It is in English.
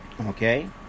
Okay